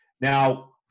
Now